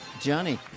Johnny